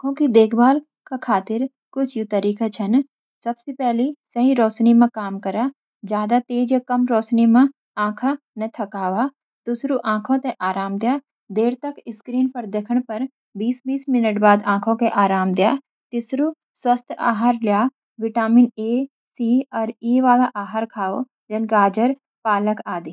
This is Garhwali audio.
आँखों की देखभाल खातिर कुछ यू तरीका छन: सही रोशनी में काम कर – ज्यादा तेज या कम रोशनी में आँखें न थकावा। आँखों क आराम दे – देर तक स्क्रीन देखन पर बीस - बीस मिनट बाद आँखों को आराम दया। स्वस्थ आहार लो – विटामिन ए, सी और ई वाले आहार खाओ, जन गाजर, पालकआदि।